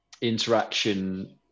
interaction